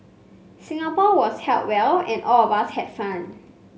Singapore was held well and all of us had fun